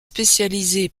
spécialisé